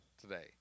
today